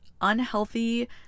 unhealthy